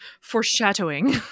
Foreshadowing